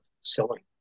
selling